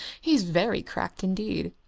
he's very cracked indeed.